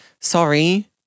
sorry